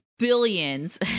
billions